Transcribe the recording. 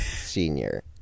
Senior